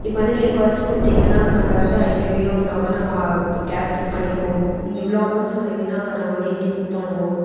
இப்போ வந்து நீங்கள் கொறச்சு கொடுத்திங்கன்னா நாங்கள் வந்து அடிக்கடி வேணும் அப்படினா கூட நாங்கள் கேப் புக் பண்ணிக்குவோம் நீங்கள் இவ்வளோ அமௌண்ட் சொன்னிங்கன்னா அப்போ நாங்கள் வந்து எப்படி புக் பண்ணுவோம்